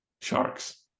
sharks